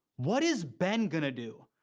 what is ben going to do?